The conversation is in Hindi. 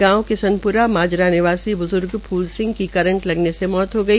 गांव किसनप्रा माजरा निवासी ब्ज्र्ग फ्ल सिंह की कंरट लगने से मौत हो गई